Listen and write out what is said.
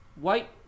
white